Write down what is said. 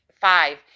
Five